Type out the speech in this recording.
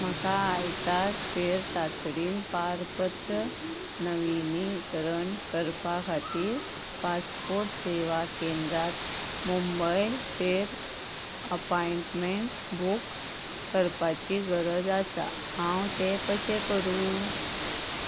म्हाका आयतार चेर तातडीन पारपत्र नविनीकरण करपा खातीर पासपोर्ट सेवा केंद्रांत मुंबयचेर अपॉयटमेंट बूक करपाची गरज आसा हांव तें कशें करूं